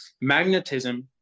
magnetism